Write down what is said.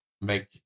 make